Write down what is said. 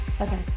Okay